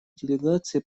делегации